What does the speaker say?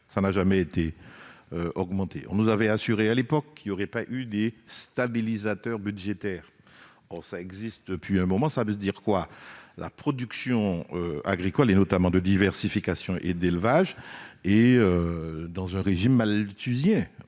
n'a jamais été augmenté. On nous avait assuré à l'époque qu'il n'y aurait pas de stabilisateurs budgétaires. Or ils existent depuis un moment. Cela signifie que la production agricole, notamment de diversification et d'élevage, est dans un régime malthusien :